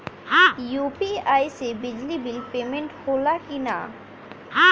UPI से बिजली bill payment होला कि न?